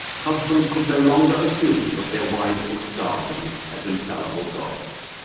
husbands could no longer assume that their wives would regard them as infallible gods.